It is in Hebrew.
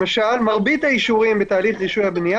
למשל מרבית האישורים בתהליך רישוי הבנייה